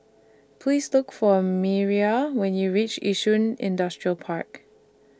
Please Look For Miriah when YOU REACH Yishun Industrial Park